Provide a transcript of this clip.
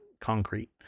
concrete